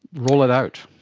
roll it out.